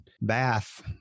bath